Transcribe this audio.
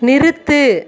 நிறுத்து